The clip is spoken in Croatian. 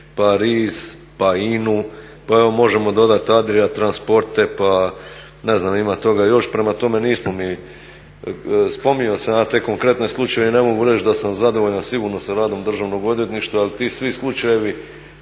pa RIZ, pa INA-u, pa evo možemo dodati Adria transporte, ne znam ima toga još. Prema tome nismo mi, spominjao sam ja te konkretne slučajeve i ne mogu reći da sam zadovoljan sigurno sa radom državnog odvjetništva ali ti svi slučajevi,